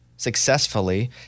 Successfully